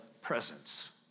presence